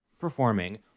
performing